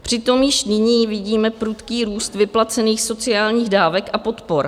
Přitom již nyní vidíme prudký růst vyplacených sociálních dávek a podpor.